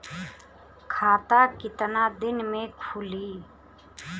खाता कितना दिन में खुलि?